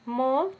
म